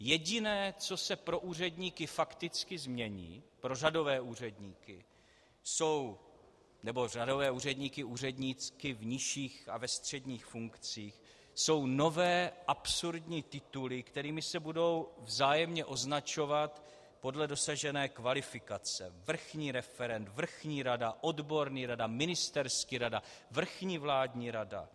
Jediné, co se pro úředníky fakticky změní pro řadové úředníky, nebo pro řadové úředníky v nižších a ve středních funkcích jsou nové absurdní tituly, kterými se budou vzájemně označovat podle dosažené kvalifikace: vrchní referent, vrchní rada, odborný rada, ministerský rada, vrchní vládní rada.